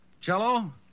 Cello